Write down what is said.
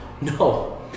No